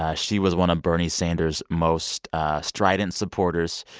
ah she was one of bernie sanders' most ah strident supporters.